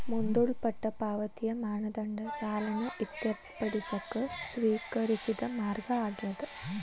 ಮುಂದೂಡಲ್ಪಟ್ಟ ಪಾವತಿಯ ಮಾನದಂಡ ಸಾಲನ ಇತ್ಯರ್ಥಪಡಿಸಕ ಸ್ವೇಕರಿಸಿದ ಮಾರ್ಗ ಆಗ್ಯಾದ